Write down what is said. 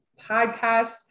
podcast